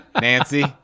Nancy